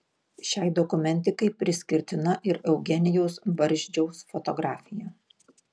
šiai dokumentikai priskirtina ir eugenijaus barzdžiaus fotografija